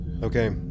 Okay